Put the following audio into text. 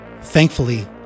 Thankfully